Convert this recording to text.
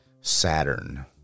Saturn